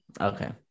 okay